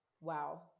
wow